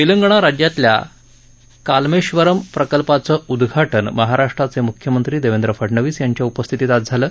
तेलंगणा राज्यातल्या कालेश्वरम प्रकल्पाचं उद्घाटन महाराष्ट्राचे मुख्यमंत्री देवेंद्र फडणवीस यांच्या उपस्थितीत आज झालं